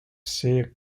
see